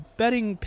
betting